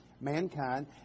mankind